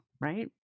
right